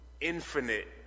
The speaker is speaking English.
infinite